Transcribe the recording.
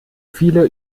viele